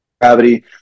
gravity